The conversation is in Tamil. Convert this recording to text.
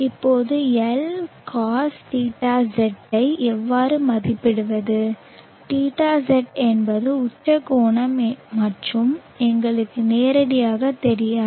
இப்போது Lcosθz ஐ எவ்வாறு மதிப்பிடுவது θz என்பது உச்ச கோணம் மற்றும் எங்களுக்கு நேரடியாகத் தெரியாது